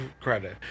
credit